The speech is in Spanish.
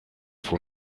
fue